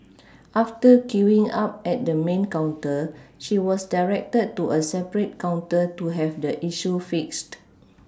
after queuing up at the main counter she was directed to a separate counter to have the issue fixed